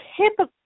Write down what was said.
typical